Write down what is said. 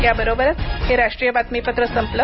याबरोबरच हे राष्ट्रीय बातमीपत्र संपलं